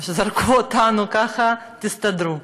זרקו אותנו ככה: תסתדרו.